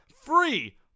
free